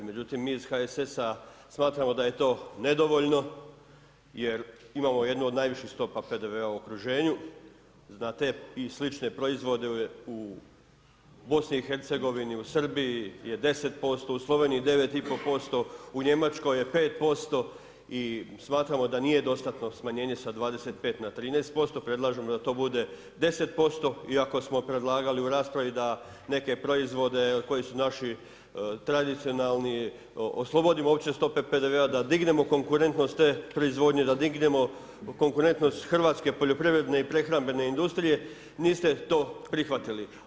Međutim mi iz HSS-a smatramo da je to nedovoljno, jer imamo jednu od najviših stopa PDV-a u okruženju, na te i slične proizvode u Bosni i Hercegovini, u Srbiji je 10%, u Sloveniji 9,5%, u Njemačkoj je 5%, i smatramo da nije dostatno smanjenje sa 25 na 13%, predlažemo da to bude 10%, iako smo predlagali u raspravi da neke proizvode koji su naši tradicionalni, oslobodimo uopće stope PDV-a, da dignemo konkurentnost te proizvodnje, da dignemo konkurentnost hrvatske poljoprivredne i prehrambene industrije, niste to prihvatili.